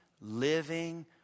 living